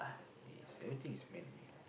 certain things is man-made